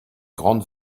grande